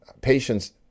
patients